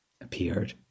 appeared